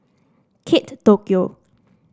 Kate Tokyo